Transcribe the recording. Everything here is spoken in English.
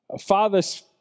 fathers